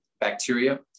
bacteria